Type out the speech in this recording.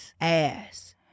Ass